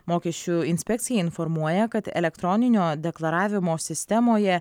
mokesčių inspekcija informuoja kad elektroninio deklaravimo sistemoje